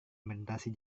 melintasi